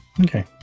Okay